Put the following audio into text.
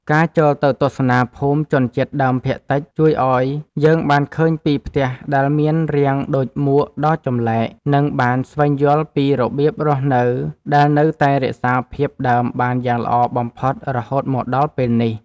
ការចូលទៅទស្សនាភូមិជនជាតិដើមភាគតិចជួយឱ្យយើងបានឃើញពីផ្ទះដែលមានរាងដូចមួកដ៏ចម្លែក និង បានស្វែងយល់ពីរបៀបរស់នៅដែលនៅតែរក្សាភាពដើមបានយ៉ាងល្អបំផុតរហូតមកដល់ពេលនេះ។